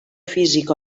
físic